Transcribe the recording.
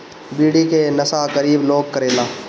बीड़ी के नशा गरीब लोग करेला